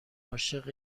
عاشق